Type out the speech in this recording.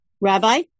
Rabbi